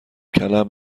کلم